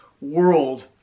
world